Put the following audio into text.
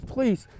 Please